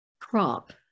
crop